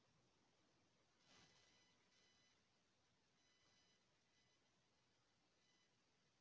बांधा ले नहर म पानी छोड़ना होथे त बांधा म लगे कपाट ल खोले जाथे